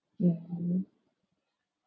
mmhmm